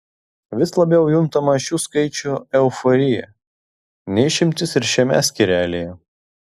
vis labiau juntama šių skaičių euforija ne išimtis ir šiame skyrelyje